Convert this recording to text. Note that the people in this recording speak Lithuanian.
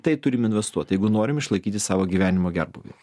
tai turim investuot jeigu norim išlaikyti savo gyvenimo gerbūvį